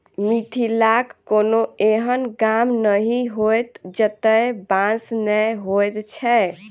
मिथिलाक कोनो एहन गाम नहि होयत जतय बाँस नै होयत छै